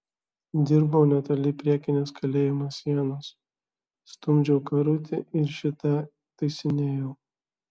dirbau netoli priekinės kalėjimo sienos stumdžiau karutį ir šį tą taisinėjau